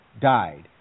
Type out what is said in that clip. died